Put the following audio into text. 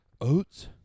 Oats